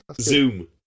Zoom